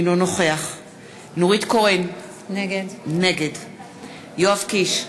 אינו נוכח נורית קורן, נגד יואב קיש,